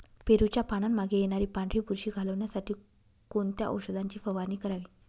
पेरूच्या पानांमागे येणारी पांढरी बुरशी घालवण्यासाठी कोणत्या औषधाची फवारणी करावी?